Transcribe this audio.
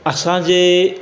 असांजे